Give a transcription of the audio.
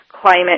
climate